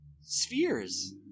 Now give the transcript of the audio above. spheres